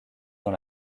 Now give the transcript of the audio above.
dans